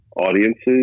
audiences